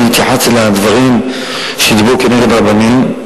ואני התייחסתי לדברים שדיברו נגד רבנים,